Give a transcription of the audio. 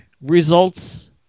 Results